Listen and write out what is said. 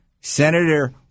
Senator